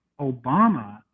Obama